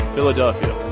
Philadelphia